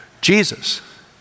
Jesus